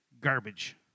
garbage